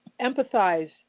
empathize